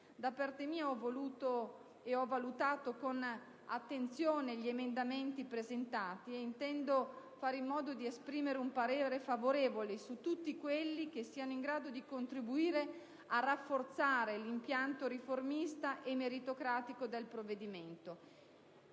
Da parte mia ho valutato con attenzione gli emendamenti presentati e intendo esprimere un parere favorevole su tutti quelli che siano in grado di contribuire a rafforzare l'impianto riformista e meritocratico del provvedimento.